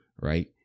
right